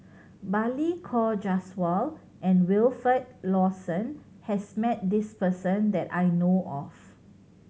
Balli Kaur Jaswal and Wilfed Lawson has met this person that I know of